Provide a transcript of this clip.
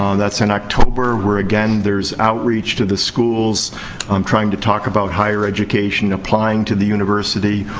um that's in october. where, again, there's outreach to the schools um trying to talk about higher education, applying to the university,